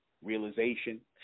Realization